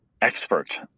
expert